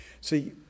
See